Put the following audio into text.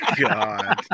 god